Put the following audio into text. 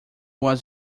was